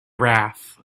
wrath